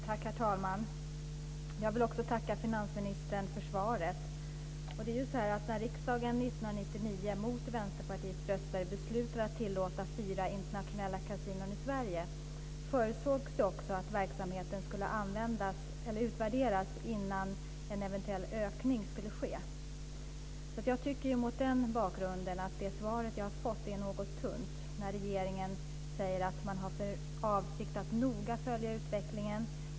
Herr talman! Jag vill tacka finansministern för svaret. När riksdagen 1999, mot Vänsterpartiets röster, beslutade att tillåta fyra internationella kasinon i Sverige förutsågs det också att verksamheten skulle utvärderas innan en eventuell ökning skulle ske. Mot den bakgrunden är det svar jag har fått något tunt. Regeringen säger att man har för avsikt att noga följa utvecklingen.